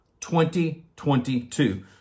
2022